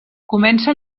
comença